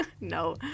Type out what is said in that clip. No